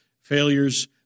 failures